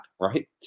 right